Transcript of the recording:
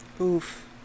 Oof